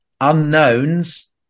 unknowns